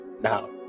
Now